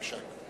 בבקשה.